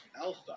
alpha